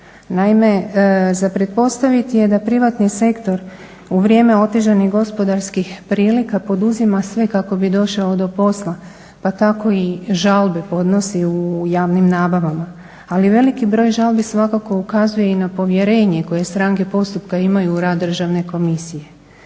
Naime, za pretpostaviti je da privatni sektor u vrijeme otežanih gospodarskih prilika poduzima sve kako bi došao do posla, pa tako i žalbe podnosi u javnim nabavama. Ali veliki broj žalbi svakako ukazuje i na povjerenje koje stranke postupka imaju u radu državne komisije.